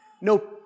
No